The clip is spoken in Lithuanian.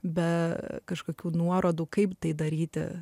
be kažkokių nuorodų kaip tai daryti